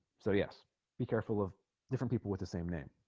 so yes be careful of different people with the same name